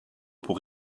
pour